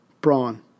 Braun